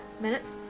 minutes